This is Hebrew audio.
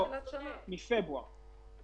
מפברואר.